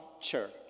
church